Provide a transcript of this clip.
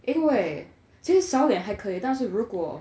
因为其实扫脸还可以但是如果